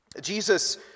Jesus